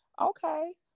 okay